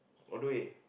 all the way